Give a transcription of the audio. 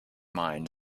mind